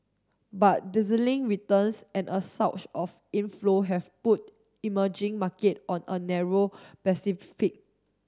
but dizzying returns and a surge of inflow have put emerging market on a narrow